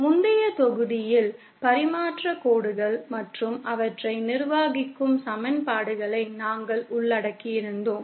முந்தைய தொகுதியில் பரிமாற்றக் கோடுகள் மற்றும் அவற்றை நிர்வகிக்கும் சமன்பாடுகளை நாங்கள் உள்ளடக்கியிருந்தோம்